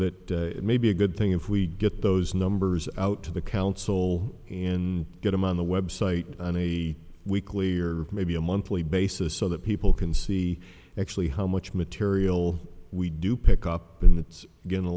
that may be a good thing if we get those numbers out to the council in get them on the web site on a weekly or maybe a monthly basis so that people can see actually how much material we do pick up in that's going a